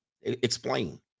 Explain